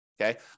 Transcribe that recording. okay